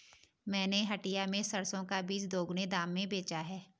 मैंने हटिया में सरसों का बीज दोगुने दाम में बेचा है